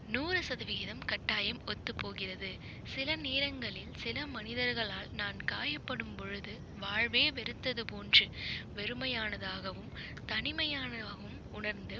நூறு சதவிகிதம் கட்டாயம் ஒத்துப்போகிறது சில நேரங்களில் சில மனிதர்களால் நான் காயப்படும்பொழுது வாழ்வே வெறுத்தது போன்று வெறுமையானதாகவும் தனிமையானதாகவும் உணர்ந்து